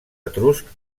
etruscs